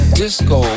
disco